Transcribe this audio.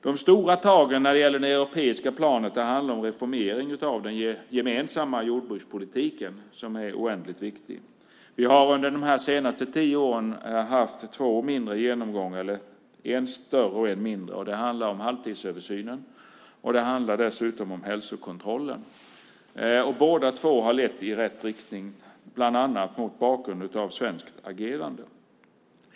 De stora tagen när det gäller det europeiska planet handlar om reformering av den gemensamma jordbrukspolitiken, som är oändligt viktig. Vi har under de senaste tio åren haft två mindre genomgångar, eller en större och en mindre. Det handlar om halvtidsöversynen. Det handlar dessutom om hälsokontrollen. Båda två har lett i rätt riktning, bland annat mot bakgrund av svenskt agerande.